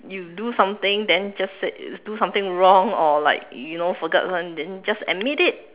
you do something then just said do something wrong or like you know forgot something then just admit it